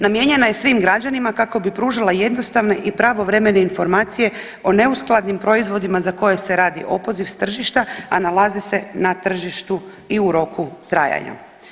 Namijenjena je svim građanima kako bi pružila jednostavne i pravovremene informacije o neuskladnim proizvodima za koje se radi opoziv s tržišta, a nalaze se na tržištu i u roku trajanja.